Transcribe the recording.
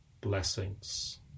blessings